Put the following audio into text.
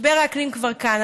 משבר האקלים כבר כאן.